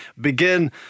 begin